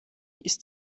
ist